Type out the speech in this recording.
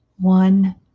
One